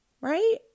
right